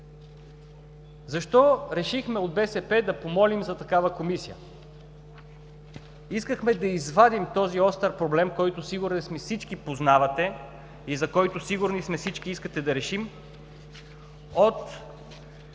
БСП решихме да помолим за такава Комисия? Искахме да извадим този остър проблем, който – сигурни сме, всички познавате, и за който – сигурни сме, всички искате да решим, от